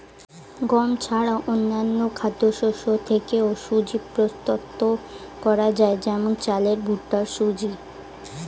গম ছাড়া অন্যান্য খাদ্যশস্য থেকেও সুজি প্রস্তুত করা যায় যেমন চালের ভুট্টার সুজি